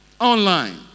Online